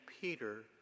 Peter